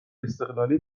استقلالی